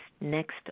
next